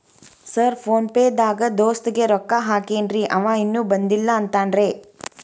Sir PhonePe ದಾಗ ದೋಸ್ತ್ ಗೆ ರೊಕ್ಕಾ ಹಾಕೇನ್ರಿ ಅಂವ ಇನ್ನು ಬಂದಿಲ್ಲಾ ಅಂತಾನ್ರೇ?